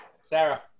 Sarah